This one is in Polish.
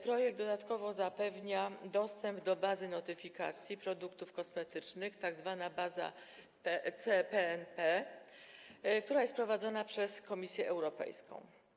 Projekt dodatkowo zapewnia dostęp do bazy notyfikacji produktów kosmetycznych, tzw. bazy CPNP, która jest prowadzona przez Komisję Europejską.